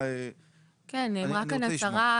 נאמרה כאן הצהרה,